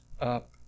up